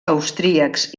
austríacs